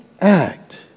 act